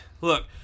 look